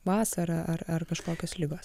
vasarą ar ar kažkokios ligos